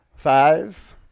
Five